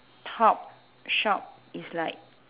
top shop is like